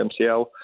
MCL